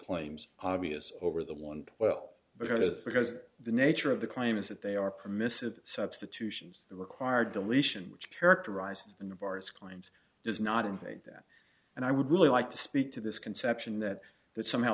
claims obvious over the one well because because the nature of the claim is that they are permissive substitutions the required deletion which characterized in the bars claims does not indicate that and i would really like to speak to this conception that that somehow